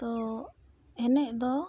ᱛᱚ ᱮᱱᱮᱡ ᱫᱚ